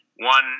One